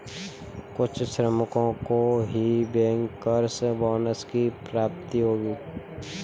कुछ श्रमिकों को ही बैंकर्स बोनस की प्राप्ति होगी